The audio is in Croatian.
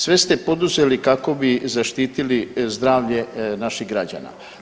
Sve ste poduzeli kako bi zaštitili zdravlje naših građana.